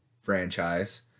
franchise